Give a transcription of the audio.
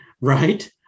right